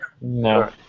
No